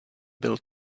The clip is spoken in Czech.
byl